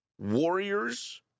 Warriors